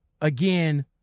again